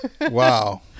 Wow